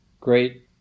great